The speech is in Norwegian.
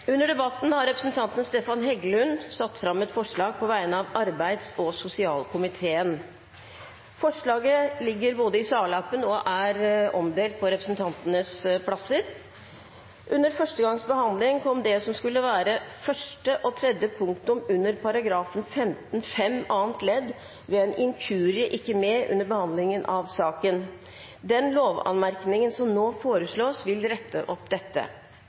Under debatten har representanten Stefan Heggelund satt fram et forslag på vegne av arbeids- og sosialkomiteen. Under første gangs behandling kom det som skulle vært første og tredje punktum under § 15-5 annet ledd ved en inkurie ikke med under behandlingen av saken. Den lovanmerkningen som nå foreslås, vil rette opp dette.